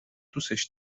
دوستش